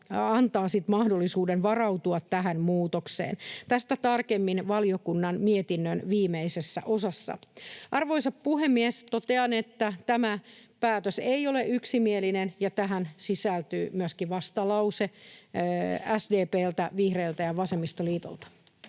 sitten mahdollisuuden varautua tähän muutokseen. Tästä tarkemmin valiokunnan mietinnön viimeisessä osassa. Arvoisa puhemies! Totean, että tämä päätös ei ole yksimielinen ja tähän sisältyy myöskin vastalause SDP:ltä, vihreiltä ja vasemmistoliitolta.